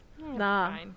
Nah